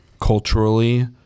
culturally